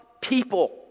people